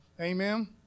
Amen